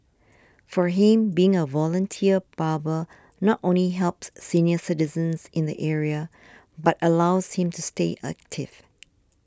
for him being a volunteer barber not only helps senior citizens in the area but allows him to stay active